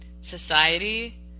society